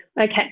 Okay